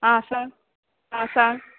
आ सांग आ सांग